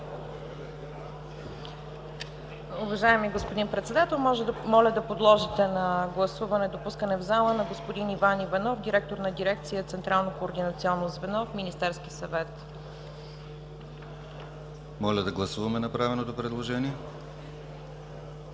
на гласуване направеното предложение